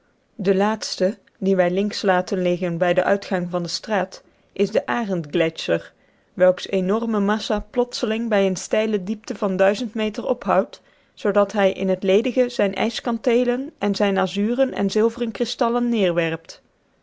de laatste dien wij links laten liggen bij den uitgang van de straat is de arendgletscher welks enorme massa plotseling bij een steile diepte van meter ophoudt zoodat hij in het ledige zijne ijskanteelen en zijne azuren en zilveren kristallen